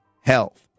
Health